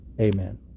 Amen